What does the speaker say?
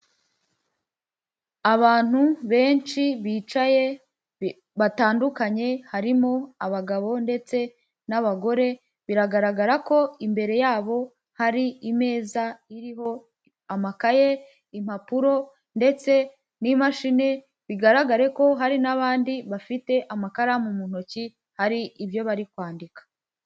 Abantu benshi bicaye batandukanye harimo abagabo ndetse n'abagore biragaragara ko imbere yabo hari imeza iriho amakaye impapuro ndetse n'imashini bigaragare ko hari n'abandi bafite amakaramu mu ntoki hari ibyo bari kwandika.